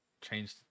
changed